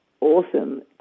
awesome